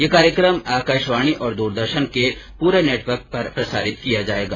ये कार्यक्रम आकाशवाणी और द्रदर्शन के पूरे नेटवर्क पर प्रसारित किया जाएगा